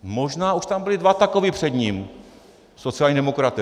Možná už tam byli dva takoví před ním, sociální demokraté.